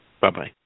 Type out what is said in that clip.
Bye-bye